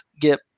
get